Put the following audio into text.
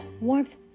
Warmth